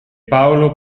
paolo